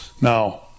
Now